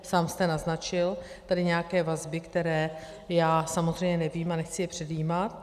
Sám jste naznačil tady nějaké vazby, které já samozřejmě nevím a nechci je předjímat.